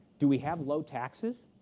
do we have low taxes?